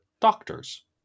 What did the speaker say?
doctors